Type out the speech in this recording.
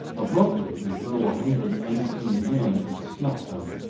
abruptly, as though a hundred unseen hands had snuffed them,